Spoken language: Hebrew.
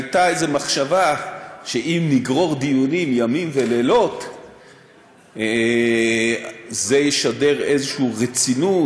הייתה איזו מחשבה שאם נגרור דיונים ימים ולילות זה ישדר איזושהי רצינות,